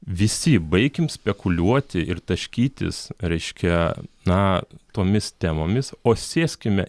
visi baikim spekuliuoti ir taškytis reiškia na tomis temomis o sėskime